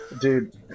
dude